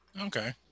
okay